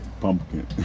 Pumpkin